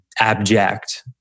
abject